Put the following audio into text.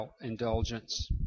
indulgence